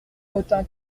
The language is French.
motin